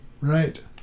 Right